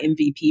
MVP